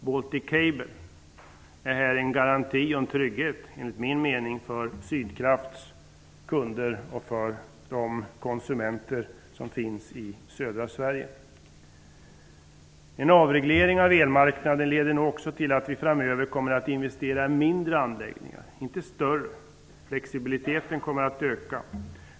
Baltic Cable är enligt min mening en garanti och en trygghet för Sydkrafts kunder och för konsumenterna i södra Sverige. En avreglering av elmarknaden leder nog också till att vi framöver investerar i mindre anläggningar, inte i större. Flexibiliteten kommer att öka.